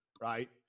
right